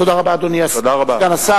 תודה רבה, אדוני סגן השר.